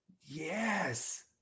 Yes